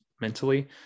mentally